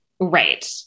Right